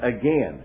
again